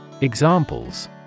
Examples